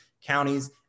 counties